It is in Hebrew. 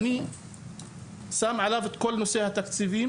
אני שם עליו את כל נושא התקציבים,